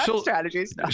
strategies